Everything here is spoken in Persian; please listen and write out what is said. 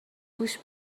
گوش